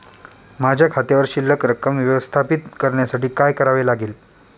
माझ्या खात्यावर शिल्लक रक्कम व्यवस्थापित करण्यासाठी काय करावे लागेल?